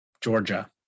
Georgia